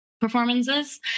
performances